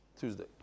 Tuesday